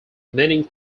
meaning